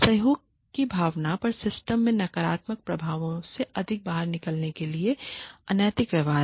सहयोग की भावना पर सिस्टम के नकारात्मक प्रभावों से अधिक बाहर निकलने के लिए अनैतिक व्यवहार